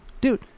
dude